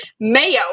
mayo